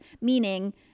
Meaning